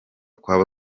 kwaba